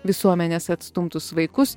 visuomenės atstumtus vaikus